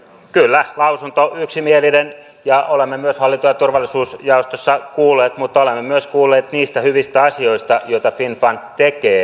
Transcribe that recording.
kyllä lausunto on yksimielinen ja olemme myös hallinto ja turvallisuusjaostossa kuulleet mutta olemme myös kuulleet niistä hyvistä asioista joita finnfund tekee